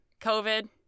COVID